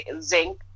zinc